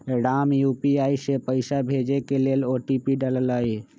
Ram UPI से पइसा भेजे के लेल ओ.टी.पी डाललई